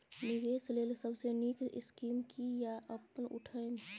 निवेश लेल सबसे नींक स्कीम की या अपन उठैम?